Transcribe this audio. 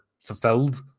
fulfilled